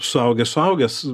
suaugęs suaugęs